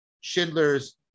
Schindler's